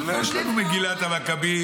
יש לנו מגילת המקבים,